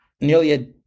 nearly